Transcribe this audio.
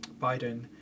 Biden